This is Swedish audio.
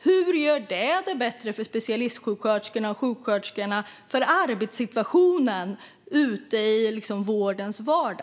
Hur kan det göra arbetssituationen i vårdens vardag bättre för specialistsjuksköterskorna och sjuksköterskorna?